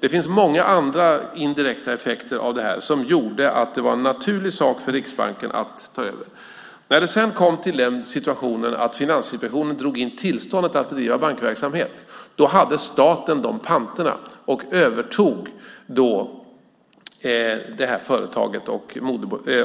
Det var många andra indirekta effekter av detta som gjorde att det var en naturlig sak för Riksbanken att ta över. När det sedan kom till den situationen att Finansinspektionen drog in tillståndet för Carnegie att bedriva bankverksamhet hade staten dessa panter och övertog då detta företag